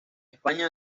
españa